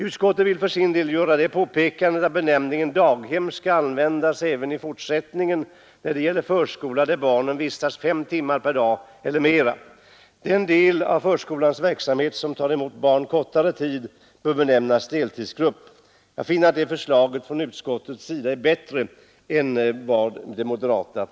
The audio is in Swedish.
Utskottet vill för sin del göra det påpekandet att benämningen daghem skall användas även i fortsättningen när det gäller förskola där barnen vistas 5 timmar eller mera per dag. Den del av förskolans verksamhet som tar emot barn kortare tid per dag bör benämnas deltidsgrupp. Jag finner att utskottets förslag är bättre än moderaternas.